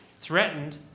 threatened